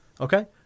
Okay